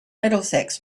middlesex